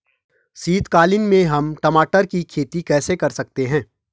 शीतकालीन में हम टमाटर की खेती कैसे कर सकते हैं?